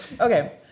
Okay